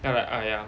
then I like !aiya!